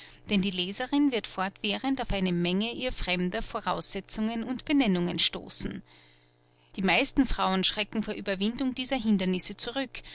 denn die leserin wird fortwährend auf eine menge ihr fremder voraussetzungen und benennungen stoßen die meisten frauen schrecken vor ueberwindung dieser hindernisse zurück